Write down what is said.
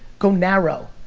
go narrow.